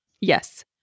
yes